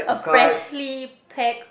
freshly pack